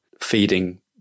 feeding